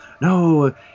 No